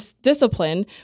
discipline